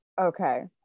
Okay